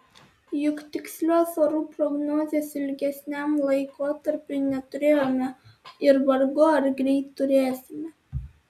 juk tikslios orų prognozės ilgesniam laikotarpiui neturėjome ir vargu ar greit turėsime